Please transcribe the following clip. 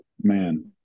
man